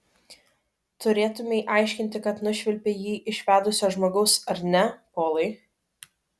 turėtumei aiškinti kad nušvilpei jį iš vedusio žmogaus ar ne polai